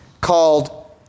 called